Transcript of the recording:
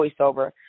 voiceover